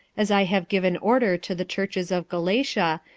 as i have given order to the churches of galatia,